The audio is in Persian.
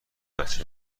بچه